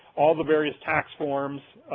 all the various tax forms,